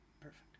Perfect